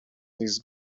these